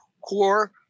core